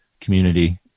community